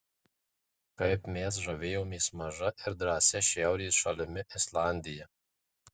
kaip mes žavėjomės maža ir drąsia šiaurės šalimi islandija